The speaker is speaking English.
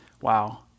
wow